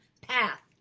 path